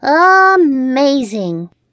Amazing